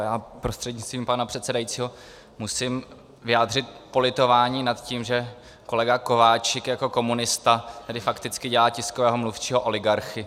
Já prostřednictvím pana předsedajícího musím vyjádřit politování nad tím, že kolega Kováčik jako komunista tady fakticky dělá tiskového mluvčího oligarchy.